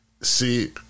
See